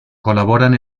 colaboran